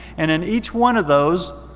and in each one of those,